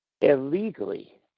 illegally